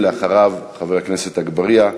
אחריו, חבר הכנסת אגבאריה,